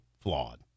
flawed